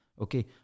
Okay